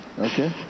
Okay